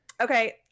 okay